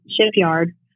shipyard